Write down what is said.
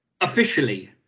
Officially